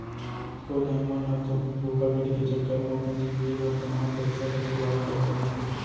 कतको झन मन ह तो धोखाघड़ी के चक्कर म अपन जिनगी भर कमाए पइसा ल खुवार कर डारथे